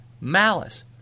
malice